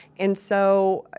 and so,